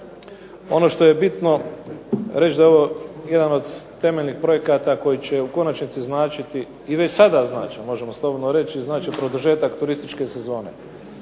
Ono što je bitno reći, da je ovo jedan od temeljnih projekata koji će u konačnici značiti i već sada znači, možemo slobodno reći, znači produžetak turističke sezone.